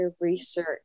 research